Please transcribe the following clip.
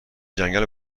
جنگل